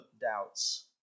doubts